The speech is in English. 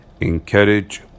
encourage